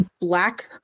black